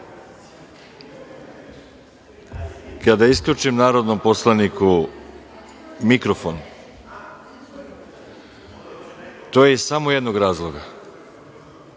isključim narodnom poslaniku mikrofon, to je iz samo jednog razloga,